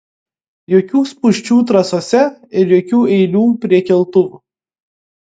jokių spūsčių trasose ir jokių eilių prie keltuvų